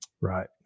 Right